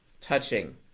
touching